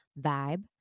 vibe